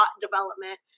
development